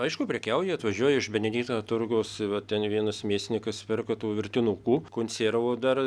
aišku prekiauja atvažiuoja iš benedikto turgaus va ten vienas mėsininkas pirko tų virtinukų konservų dar